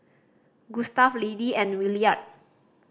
Gustave Liddie and Williard